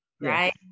right